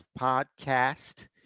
podcast